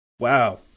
Wow